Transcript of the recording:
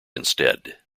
instead